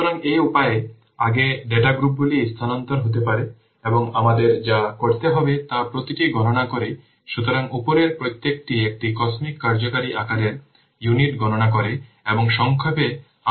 সুতরাং এই উপায়ে আগে ডেটা গ্রুপগুলি স্থানান্তর হতে পারে এবং আমাদের যা করতে হবে তা প্রতিটি গণনা করে সুতরাং উপরের প্রত্যেকটি একটি COSMIC কার্যকরী আকারের ইউনিট গণনা করে এবং সংক্ষেপে আমরা একে Cfsu বলি